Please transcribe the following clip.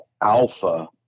Alpha